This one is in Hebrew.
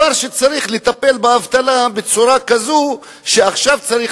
שצריך לטפל באבטלה בצורה כזו שעכשיו צריך